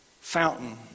fountain